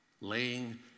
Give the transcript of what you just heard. Laying